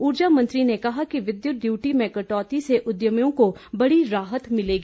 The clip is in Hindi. ऊर्जा मंत्री ने कहा कि विद्युत डयूटी में कटौती से उद्यमियों को बडी राहत मिलेगी